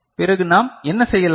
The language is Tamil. பிறகு நாம் என்ன செய்யலாம்